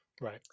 Right